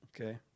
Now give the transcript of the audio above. Okay